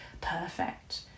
perfect